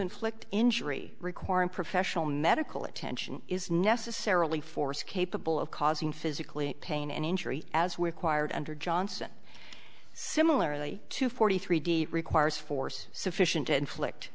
inflict injury requiring professional medical attention is necessarily force capable of causing physically pain and injury as we acquired under johnson similarly to forty three d requires force sufficient to inflict